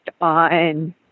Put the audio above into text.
on